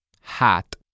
Hat